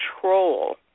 control